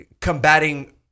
combating